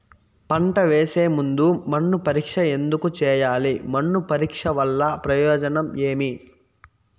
పంట వేసే ముందు మన్ను పరీక్ష ఎందుకు చేయాలి? మన్ను పరీక్ష వల్ల ప్రయోజనం ఏమి?